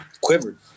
quivered